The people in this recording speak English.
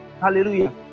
Hallelujah